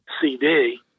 CD